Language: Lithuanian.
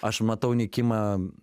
aš matau nykimą